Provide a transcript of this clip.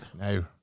No